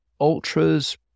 ultras